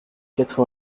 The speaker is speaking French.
quatre